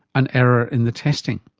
an error in the testing?